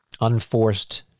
unforced